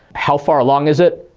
how far along is it,